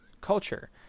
culture